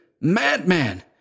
madman